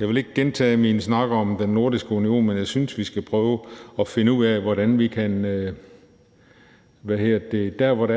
Jeg vil ikke gentage min snak om den nordiske union, men jeg synes, vi skal prøve at finde ud af, hvor der